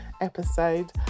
episode